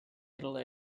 middle